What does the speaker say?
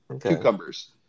Cucumbers